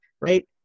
Right